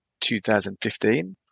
2015